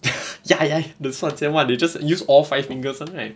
ya ya the 算钱 one they just use all five fingers [one] right